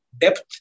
depth